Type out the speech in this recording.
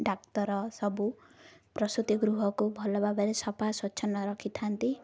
ଡାକ୍ତର ସବୁ ପ୍ରସୂତି ଗୃହକୁ ଭଲ ଭାବରେ ସଫା ସ୍ୱଚ୍ଛନ୍ଦ ରଖିଥାନ୍ତି